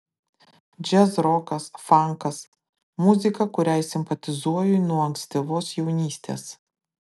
džiazrokas fankas muzika kuriai simpatizuoju nuo ankstyvos jaunystės